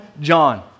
John